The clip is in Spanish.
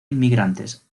inmigrantes